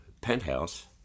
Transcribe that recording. penthouse